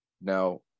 now